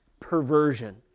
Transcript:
perversion